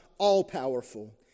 all-powerful